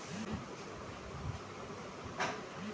एकरा बारे में ढेर जानकारी खातिर सरकार हेल्पलाइन भी देले बिया